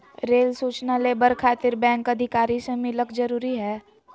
Rail सूचना labour खातिर bank अधिकारी से मिलक जरूरी है?